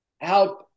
help